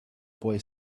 boy